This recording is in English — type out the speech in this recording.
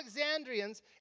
Alexandrians